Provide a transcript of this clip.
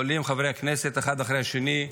עולים חברי הכנסת אחד אחרי השני,